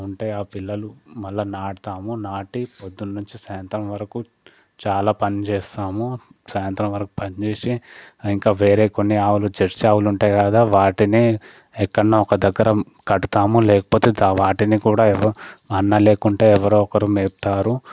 ఉంటే ఆ పిల్లలు మళ్ళా నాటుతాము నాటి పొద్దున నుంచి సాయంత్రం వరకు చాలా పని చేస్తాము సాయంత్రం వరకు పని చేసి ఇంకా వేరే కొన్ని ఆవులు జెర్సీ ఆవులు ఉంటాయి కదా వాటిని ఎక్కడ్నో ఒక దగ్గర కడతాము లేకపోతే వాటిని కూడా అన్న లేకుంటే ఎవరో ఒకరు మేపుతారు